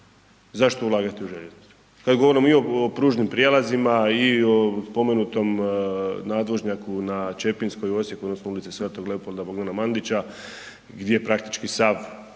zašto ulagati u željeznice, kad govorimo mi o pružnim prijelazima i o spomenutom nadvožnjaku na Čepinskoj u Osijeku odnosno u Ulici sv. Leopolda Bogdana Mandića gdje praktički sav